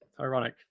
Ironic